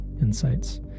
insights